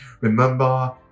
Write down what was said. remember